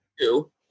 two